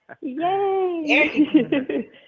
Yay